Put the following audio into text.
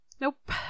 Nope